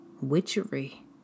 witchery